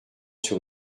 sur